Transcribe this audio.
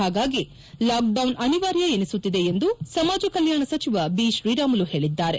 ಹಾಗಾಗಿ ಲಾಕ್ಡೌನ್ ಅನಿವಾರ್ಯ ಎನಿಸುತ್ತಿದೆ ಎಂದು ಸಮಾಜ ಕಲ್ಕಾಣ ಸಚಿವ ಬಿತ್ರೀರಾಮುಲು ಹೇಳಿದ್ದಾರೆ